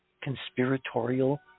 conspiratorial